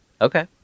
Okay